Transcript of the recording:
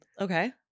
okay